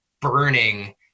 burning